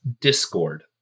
Discord